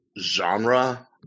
genre